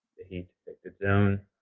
the heat affected zone.